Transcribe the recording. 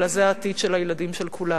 אלא זה העתיד של הילדים של כולנו.